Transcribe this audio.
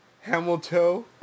Hamilton